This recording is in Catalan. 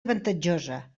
avantatjosa